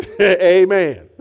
Amen